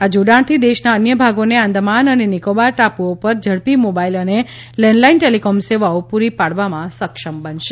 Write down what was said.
આ જોડાણથી દેશના અન્ય ભાગોને આંદામાન અને નિકોબાર ટાપુઓ પર ઝડપી મોબાઇલ અને લેન્ડલાઇન ટેલિકોમ સેવાઓ પૂરી પાડવામાં સક્ષમ બનશે